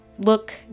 look